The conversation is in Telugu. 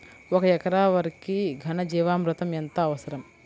ఒక ఎకరా వరికి ఘన జీవామృతం ఎంత అవసరం?